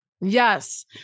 Yes